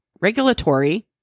regulatory